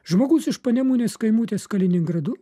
žmogus iš panemunės kaimų ties kaliningradu